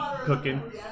cooking